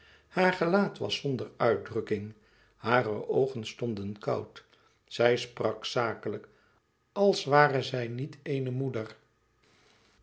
haar gelaat was zonder uitdrukking hare oogen stonden koud zij sprak zakelijk als ware zij niet eene moeder